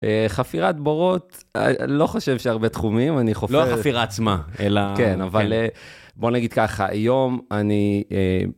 חפירת בורות, לא חושב שהרבה תחומים, אני חופר... לא החפירה עצמה, אלא... כן, אבל בוא נגיד ככה, היום אני...